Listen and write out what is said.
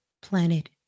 planet